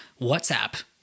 WhatsApp